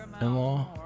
in-law